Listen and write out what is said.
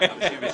את הסתייגויות